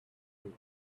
you